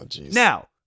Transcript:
Now